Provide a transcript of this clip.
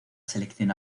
selección